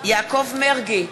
יעקב מרגי,